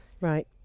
Right